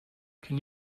can